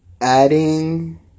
adding